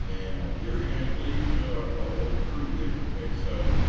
and gary van cleef, you know, old crew there and so